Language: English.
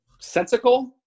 sensical